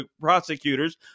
prosecutors